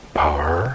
power